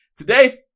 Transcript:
Today